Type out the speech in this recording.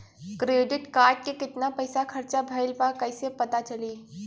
Credit card के कितना पइसा खर्चा भईल बा कैसे पता चली?